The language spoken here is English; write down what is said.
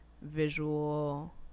visual